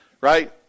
right